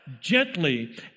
Gently